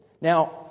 Now